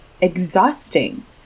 exhausting